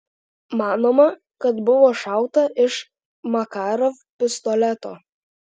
manoma kad buvo šauta iš makarov pistoleto